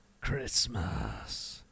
Christmas